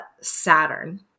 Saturn